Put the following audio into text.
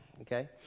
okay